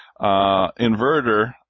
inverter